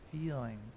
feeling